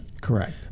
Correct